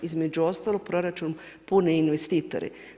Između ostalog proračun pune investitori.